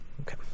Okay